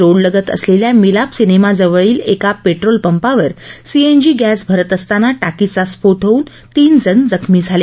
road लगत असलेल्या Milap cinema जवळील एका पेट्रोल पंपावर सीएनजी गॅस भरत असताना टाकीचा स्फोट होवून तीन जण जखमी झाले